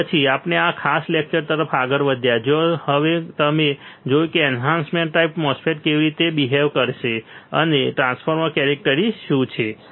અને પછી આપણે આ ખાસ લેક્ચર તરફ આગળ વધ્યા જ્યાં હવે તમે જોયું કે એન્હાન્સમેન્ટ ટાઈપ MOSFET કેવી રીતે બિહેવ કરશે અને ટ્રાન્સફર કેરેક્ટરીસ્ટિક્સ શું છે